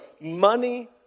Money